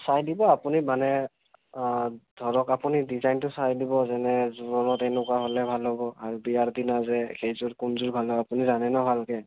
চাই দিব আপুনি মানে অঁ ধৰক আপুনি ডিজাইনটো চাই দিব যেনে জোৰনত এনেকুৱা হ'লে ভাল হ'ব আৰু বিয়াৰ দিনা যে সেইযোৰ কোনযোৰ ভাল হয় আপুনি জানে ন ভালকৈ